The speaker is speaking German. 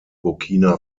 burkina